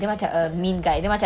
okay chuck jahat